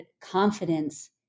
confidence